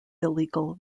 illegal